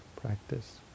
practice